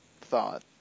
thought